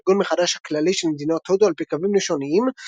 הארגון מחדש הכללי של מדינות הודו על פי קווים לשוניים,